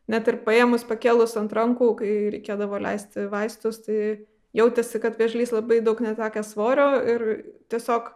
net ir paėmus pakėlus ant rankų kai reikėdavo leisti vaistus tai jautėsi kad vėžlys labai daug netekęs svorio ir tiesiog